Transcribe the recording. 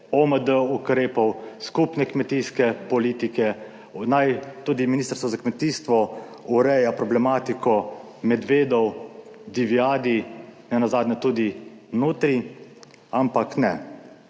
OMD ukrepov, skupne kmetijske politike, naj tudi Ministrstvo za kmetijstvo ureja problematiko medvedov, divjadi, nenazadnje tudi nutrij, ampak ne.